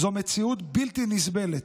הם מציאות בלתי נסבלת.